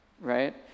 right